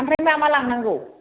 आमफ्राय मा मा लांनांगौ